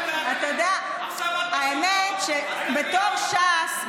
אתה יודע שבתור ש"ס,